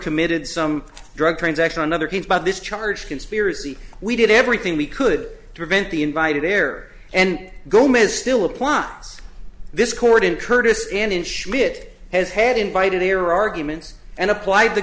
committed some drug transaction another case by this charge conspiracy we did everything we could prevent the invited heir and gomez still apply this court in kurdistan and schmidt has had invited their arguments and applied the